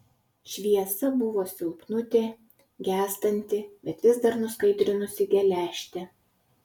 šviesa buvo silpnutė gęstanti bet vis dar nuskaidrinusi geležtę